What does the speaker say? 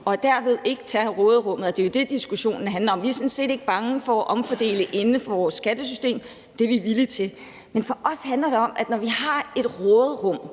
og derved ikke tage af råderummet, og det er jo det, som diskussionen handler om. Vi er sådan set ikke bange for at omfordele inden for vores skattesystem – det er vi villige til – men for os handler det om, at vi, når vi har et råderum,